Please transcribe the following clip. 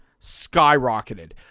skyrocketed